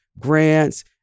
grants